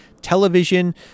Television